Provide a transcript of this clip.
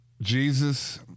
Jesus